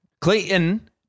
Clayton